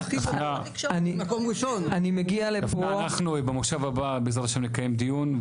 דפנה, אנחנו במושב הבא, בעזרת השם, נקיים דיון.